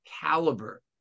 caliber